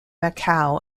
macau